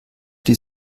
die